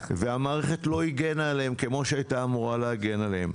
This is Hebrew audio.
המערכת לא הגנה עליהם כמו שהיא היתה אמורה להגן עליהם.